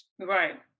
Right